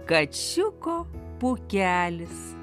kačiuko pūkelis